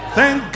thank